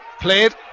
played